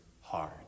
hard